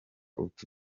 utu